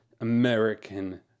American